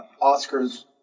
Oscar's